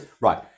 right